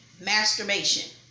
masturbation